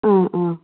অঁ অঁ